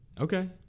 Okay